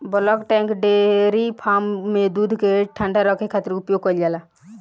bulk tank dairy farm में दूध के ठंडा रखे खातिर उपयोग कईल जाला